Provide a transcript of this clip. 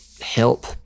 help